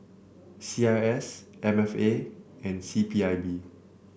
C I S M F A and C P I B